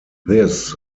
this